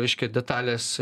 reiškia detalės